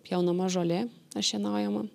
pjaunama žolė šienaujama